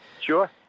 Sure